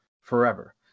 forever